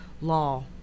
law